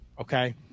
okay